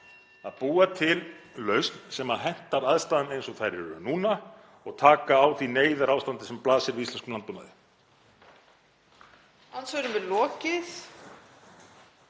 að búa til lausn sem hentar aðstæðum eins og þær eru núna og taka á því neyðarástandi sem blasir við íslenskum landbúnaði.